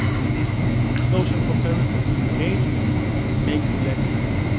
and this social comparison engagement makes you less happy